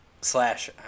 Slash